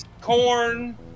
corn